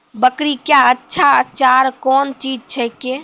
बकरी क्या अच्छा चार कौन चीज छै के?